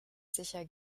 sicher